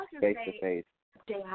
face-to-face